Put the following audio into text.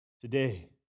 Today